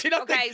Okay